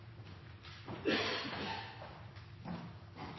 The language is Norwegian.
Det er